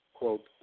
quote